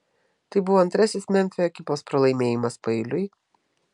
tai buvo antrasis memfio ekipos pralaimėjimas paeiliui